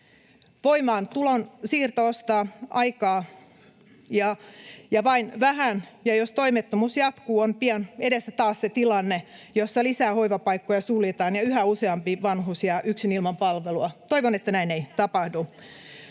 Voimaantulon siirto ostaa aikaa vain vähän, ja jos toimettomuus jatkuu, on pian edessä taas se tilanne, jossa lisää hoivapaikkoja suljetaan ja yhä useampi vanhus jää yksin ilman palvelua. Toivon, että näin ei tapahdu.